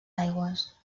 aigües